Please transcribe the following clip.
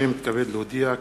הנני מתכבד להודיע,